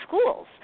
schools